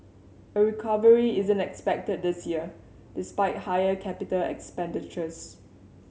a recovery isn't expected this year despite higher capital expenditures